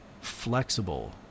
flexible